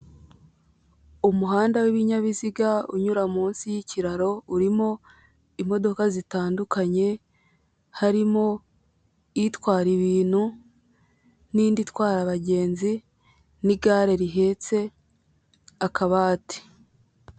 Umuhanda w'ibinyabiziga, unyura munsi y'ikiraro, urimo imodoka zitandukanye, harimo itwara ibintu, n'indi itwara abagenzi, n'igare rihetse akabati.